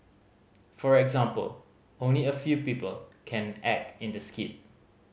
for example only a few people can act in the skit